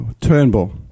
Turnbull